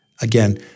Again